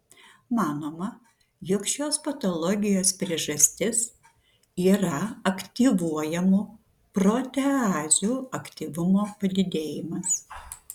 manoma jog šios patologijos priežastis yra aktyvuojamų proteazių aktyvumo padidėjimas